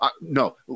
No